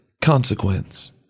consequence